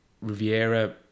Riviera